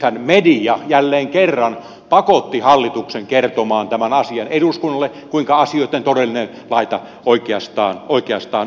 nythän media jälleen kerran pakotti hallituksen kertomaan eduskunnalle tämän asian sen kuinka asioitten todellinen laita oikeastaan on